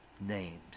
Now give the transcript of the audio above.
names